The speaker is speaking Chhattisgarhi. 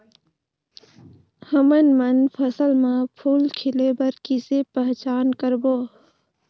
हमन मन फसल म फूल खिले बर किसे पहचान करबो?